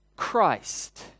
Christ